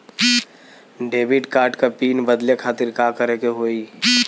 Debit card क pin बदले खातिर का करेके होई?